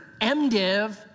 MDiv